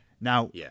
Now